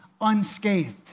unscathed